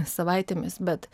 savaitėmis bet